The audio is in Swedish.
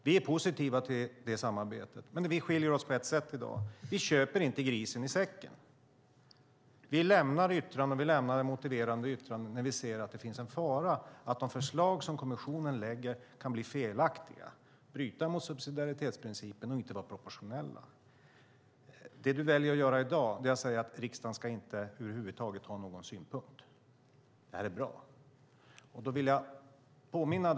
Vi är positiva till det samarbetet, men vi skiljer oss på ett sätt i dag: Vi köper inte grisen i säcken. Vi lämnar ett motiverat yttrande när vi ser att det finns en fara för att de förslag som kommissionen lägger fram kan bli felaktiga, bryta mot subsidiaritetsprincipen och inte vara proportionella. Det du, Kent Ekeroth, väljer att göra i dag är att säga att riksdagen över huvud taget inte ska ha någon synpunkt och att förslaget är bra.